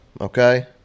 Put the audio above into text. Okay